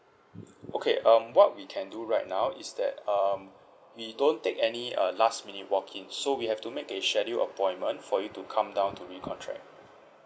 okay um what we can do right now is that um we don't take any uh last minute walk in so we have to make a schedule appointment for you to come down to recontract